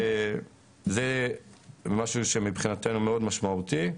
זה משהו שמבחינתנו מאוד משמעותי.